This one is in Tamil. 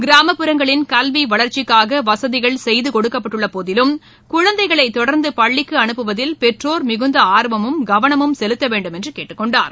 கிராமப்புறங்களின் கல்வி வளர்ச்சிக்காக வசதிகள் செய்துகொடுக்கப்பட்டுள்ள போதிலும் குழந்தைகளை தொடர்ந்து பள்ளிக்கு அனுப்புவதில் பெற்றோர் மிகுந்த ஆர்வமும் கவனமும் செலுத்த வேண்டும் என்று கேட்டுக்கொண்டார்